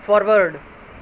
forward